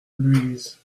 louise